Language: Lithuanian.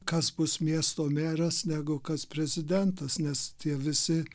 kas bus miesto meras negu kas prezidentas nes tie visi